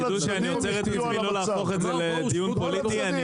אני לא רוצה להפוך את זה לדיון פוליטי.